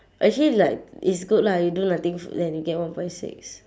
actually like it's good lah you do nothing then you get one point six